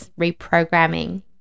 reprogramming